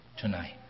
tonight